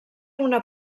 una